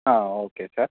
okay sir